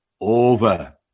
over